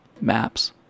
maps